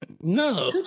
No